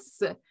yes